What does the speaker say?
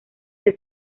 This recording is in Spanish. que